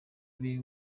ari